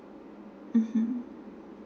mmhmm